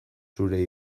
zure